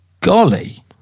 Golly